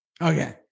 Okay